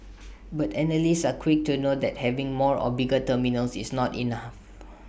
but analysts are quick to note that having more or bigger terminals is not enough